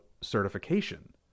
certification